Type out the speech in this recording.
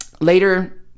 later